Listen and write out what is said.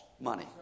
money